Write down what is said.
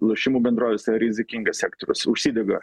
lošimų bendrovės tai yra rizikingas sektorius užsidega